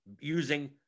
using